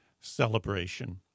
celebration